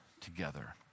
together